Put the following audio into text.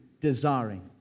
desiring